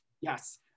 Yes